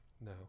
No